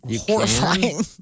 Horrifying